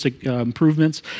improvements